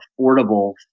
affordable